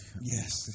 yes